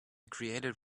created